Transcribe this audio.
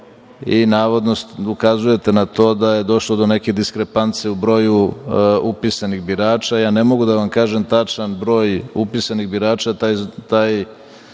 i navodno ukazujete na to da je došlo do neke diskrepance u broju upisanih birača. Ne mogu da vam kažem tačan broj upisanih birača.